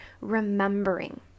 remembering